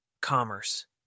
commerce